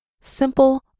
Simple